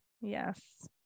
yes